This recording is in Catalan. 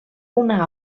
una